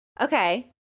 Okay